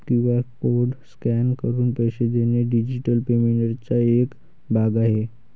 QR code scan करून पैसे देणे हा डिजिटल पेमेंटचा एक भाग आहे